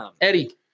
Eddie